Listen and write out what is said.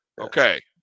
Okay